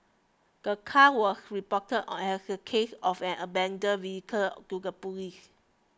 the car was reported as a case of an abandoned vehicle to the police